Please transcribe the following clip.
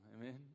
amen